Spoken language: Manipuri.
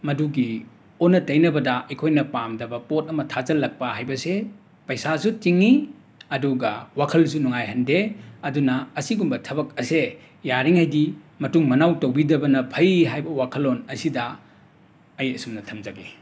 ꯃꯗꯨꯒꯤ ꯑꯣꯟꯅ ꯇꯩꯅꯕꯗ ꯑꯩꯈꯣꯏꯅ ꯄꯥꯝꯗꯕ ꯄꯣꯠ ꯑꯃ ꯊꯥꯖꯤꯜꯂꯛꯄ ꯍꯥꯏꯕꯁꯦ ꯄꯩꯁꯥꯁꯨ ꯇꯤꯡꯉꯤ ꯑꯗꯨꯒ ꯋꯥꯈꯜꯁꯨ ꯅꯨꯡꯉꯥꯏꯍꯟꯗꯦ ꯑꯗꯨꯅ ꯑꯁꯤꯒꯨꯝꯕ ꯊꯕꯛ ꯑꯁꯤ ꯌꯥꯔꯤꯉꯩꯗꯤ ꯃꯇꯨꯡ ꯃꯅꯥꯎ ꯇꯧꯕꯤꯗꯕꯅ ꯐꯩ ꯍꯥꯏꯕ ꯋꯥꯈꯜꯂꯣꯟ ꯑꯁꯤꯗ ꯑꯩ ꯑꯁꯨꯝꯅ ꯊꯝꯖꯒꯦ